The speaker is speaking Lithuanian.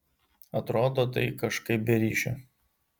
atrodo tai kažkaip be ryšio